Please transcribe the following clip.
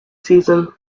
season